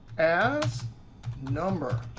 as number.